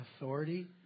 authority